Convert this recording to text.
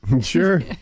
Sure